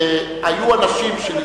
מה זה קשור לקרן החדשה לישראל?